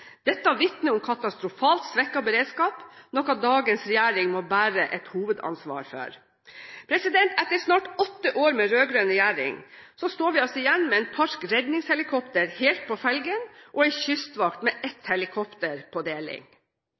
Dette vitner om katastrofalt svekket beredskap, noe dagens regjering må bære et hovedansvar for. Etter snart åtte år med rød-grønn regjering står vi altså igjen med en redningshelikopterpark helt på felgen og en kystvakt med ett helikopter på deling.